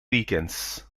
weekends